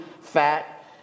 fat